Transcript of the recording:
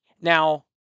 Now